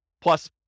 plus